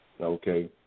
Okay